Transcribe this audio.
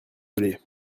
dolez